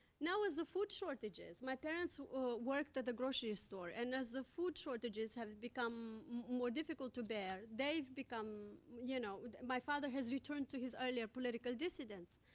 now, as the food shortages my parents worked at the grocery store, and as the food shortages have become more difficult to bear, they've become, you know my father has returned to his earlier political dissidence.